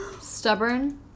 Stubborn